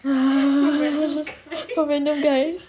from random guys